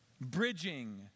bridging